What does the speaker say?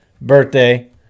Birthday